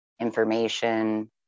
information